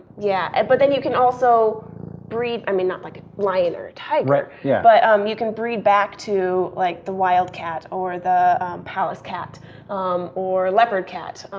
yeah, but then you can also breed, i mean, not like a lion or a tiger, but yeah but um you can breed back to like the wildcat or the pallas's cat or leopard cat,